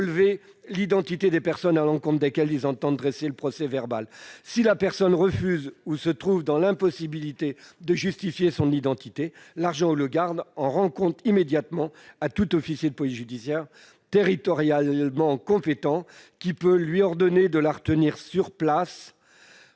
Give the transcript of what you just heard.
l'identité des personnes à l'encontre desquelles ils entendent dresser le procès-verbal. Si la personne refuse ou se trouve dans l'impossibilité de justifier de son identité, l'agent ou le garde en rend compte immédiatement à tout officier de police judiciaire territorialement compétent, qui peut lui ordonner de la retenir sur place